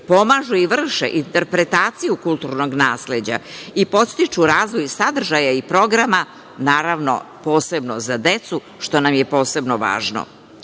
pomažu i vrše interpretaciju kulturnog nasleđa i podstiču razvoj i sadržaje programa, naravno posebno za decu, što nam je posebno važno. Tu